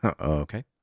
Okay